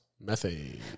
Methane